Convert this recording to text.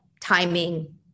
timing